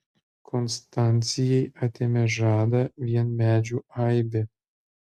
konstancijai atėmė žadą vien medžių aibė